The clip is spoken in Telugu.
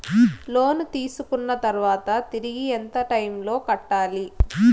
లోను తీసుకున్న తర్వాత తిరిగి ఎంత టైములో కట్టాలి